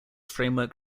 framework